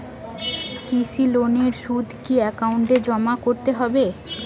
কৃষি লোনের সুদ কি একাউন্টে জমা করতে হবে?